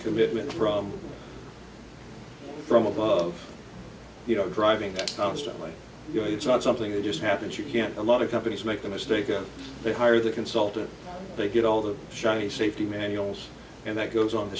commitment from from above you know driving constantly you know it's not something that just happens you can't a lot of companies make a mistake and they hire the consultant they get all the shiny safety manuals and that goes on the